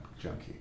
junkie